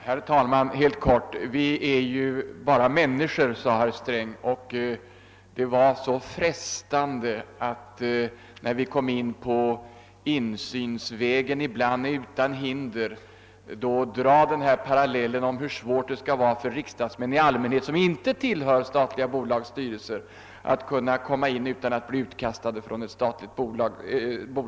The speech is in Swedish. Herr talman! Bara några få ord. Vi är ju bara människor, sade herr Sträng, och det var oemotståndligt frestande att i samband med att det nämndes att insynsvägen ibland är utan hinder dra parallellen hur svårt det måste vara för riksdagsmän i gemen, som inte tillhör ett statligt bolags styrelse, att försöka delta vid företagets bolagsstämma utan att bli utkastad.